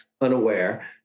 unaware